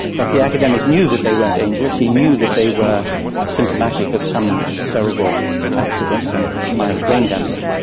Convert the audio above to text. but the academic knew that they weren't angels, he knew that they were symptomatic of some cerebral accident, some minor brain damage.